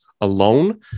alone